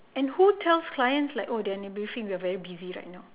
and who tells clients like oh they're in a briefing we're very busy right now